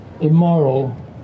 immoral